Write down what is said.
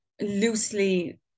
loosely